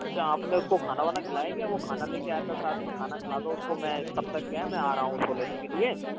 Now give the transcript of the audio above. अच्छा आपने उसको खाना वाना खिलाया क्या वो खाना लेके आया था साथ में खाना खिला दो उसको मैं तब तक क्या है मैं आ रहा हूँ उसको लेने के लिए